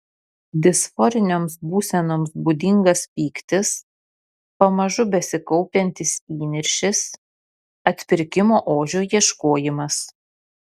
disforinėms būsenoms būdingas pyktis pamažu besikaupiantis įniršis atpirkimo ožio ieškojimas